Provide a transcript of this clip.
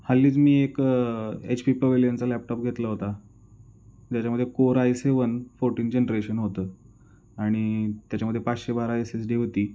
हल्लीच मी एक एच पी पवेलेंचा लॅपटॉप घेतला होता ज्याच्यामध्ये core i seven fourteen generation होतं आणि त्याच्यामध्ये पाचशे बारा एस एच डी होती